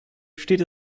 steht